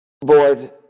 board